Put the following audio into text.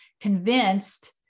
convinced